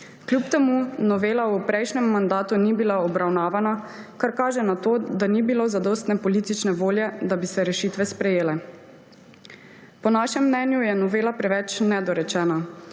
Kljub temu novela v prejšnjem mandatu ni bila obravnavana, kar kaže na to, da ni bilo zadostne politične volje, da bi se rešitve sprejele. Po našem mnenju je novela preveč nedorečena.